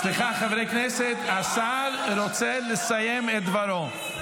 סליחה, חברי הכנסת, השר רוצה לסיים את דברו.